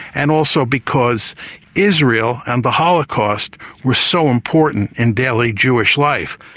and also because israel and the holocaust were so important in daily jewish life.